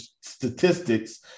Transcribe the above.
statistics